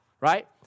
right